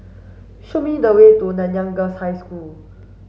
show me the way to Nanyang Girls' High School